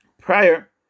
prior